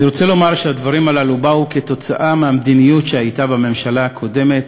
אני רוצה לומר שהדברים הללו באו כתוצאה מהמדיניות שהייתה בממשלה הקודמת,